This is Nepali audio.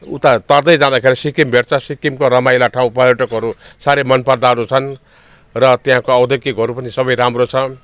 उता तर्दै जाँदैखेरि सिक्कम भेट्छ सिक्कमको रमाइला ठाउँ पर्यटकहरू साह्रै मन पर्दाहरू छन् र त्यहाँको औद्योगिकहरू पनि सबै राम्रो छ